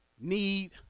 need